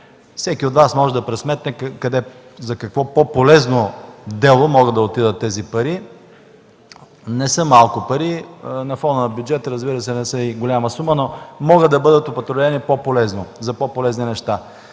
Всеки от Вас може да пресметне за какво по-полезно дело могат да отидат тези пари. Те не са малко пари. На фона на бюджета не са и голяма сума, но могат да бъдат употребени по-полезно, за по-полезни неща.